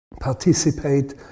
participate